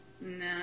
No